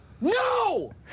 no